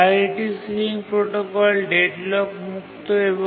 priority ceiling protocol deadlock মুক্ত হয়